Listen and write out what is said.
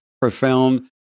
profound